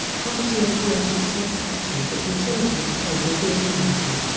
property and gross-receipts taxes that utilities paid would be eliminated